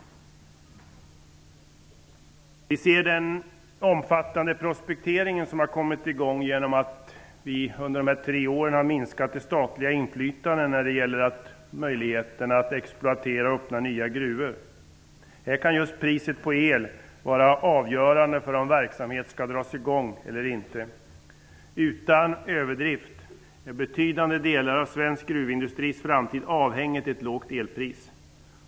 Vi ser den omfattande prospektering som har kommit i gång genom att vi under de här tre åren har minskat det statliga inflytandet när det gäller möjligheten att exploatera och öppna nya gruvor. Här kan just priset på el vara avgörande för om verksamhet skall dras i gång eller inte. Utan överdrift är betydande delar av svensk gruvindustris framtid avhängigt ett lågt elpris.